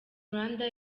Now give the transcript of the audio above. rwanda